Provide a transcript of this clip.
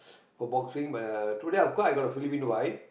for boxing but uh today cause I got a Philipino wife